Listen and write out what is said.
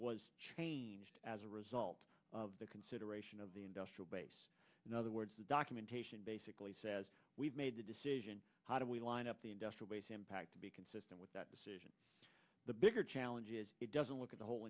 was changed as a result of the consideration of the industrial base in other words the documentation basically says we've made the decision how do we line up the industrial base impact to be consistent with that decision the bigger challenge is it doesn't look at the whole